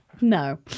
no